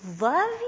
love